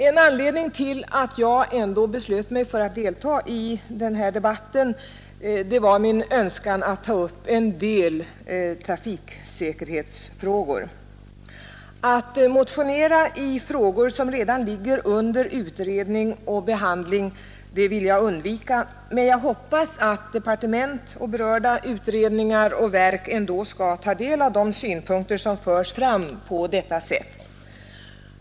En anledning till att jag ändå beslöt mig för att delta i denna debatt var min önskan att få ta upp en del trafiksäkerhetsfrågor. Att motionera i frågor som redan ligger under utredning och behandling vill jag undvika, men jag hoppas att departement och berörda utredningar och verk ändå skall ta del av de synpunkter som förs fram på detta sätt.